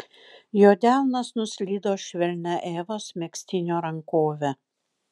jo delnas nuslydo švelnia evos megztinio rankove